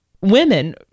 women